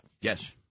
Yes